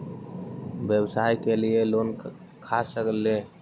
व्यवसाय के लिये लोन खा से ले?